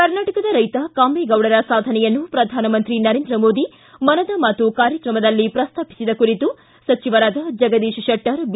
ಕರ್ನಾಟಕದ ರೈತ ಕಾಮೇಗೌಡರ ಸಾಧನೆಯನ್ನು ಪ್ರಧಾನಮಂತ್ರಿ ನರೇಂದ್ರ ಮೋದಿ ಮನದ ಮಾತು ಕಾರ್ಯಕ್ರಮದಲ್ಲಿ ಪ್ರಸ್ತಾಪಿಸಿದ ಕುರಿತು ಸಚಿವರಾದ ಜಗದೀಶ್ ಶೆಟ್ಟರ್ ಬಿ